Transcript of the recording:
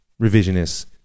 revisionists